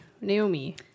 Naomi